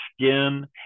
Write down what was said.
skin